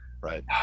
Right